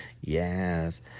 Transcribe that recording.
Yes